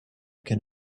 can